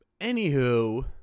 Anywho